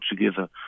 together